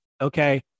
Okay